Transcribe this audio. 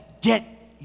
get